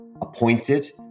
appointed